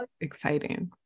exciting